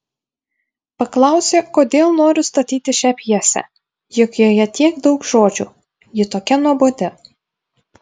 paklausė kodėl noriu statyti šią pjesę juk joje tiek daug žodžių ji tokia nuobodi